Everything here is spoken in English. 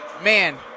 man